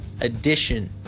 edition